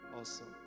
awesome